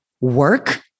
work